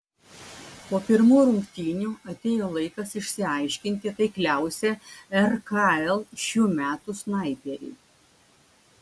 po pirmų rungtynių atėjo laikas išsiaiškinti taikliausią rkl šių metų snaiperį